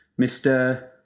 Mr